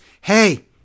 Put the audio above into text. hey